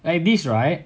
like this right